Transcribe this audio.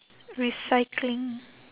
recycling